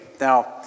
Now